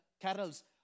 carols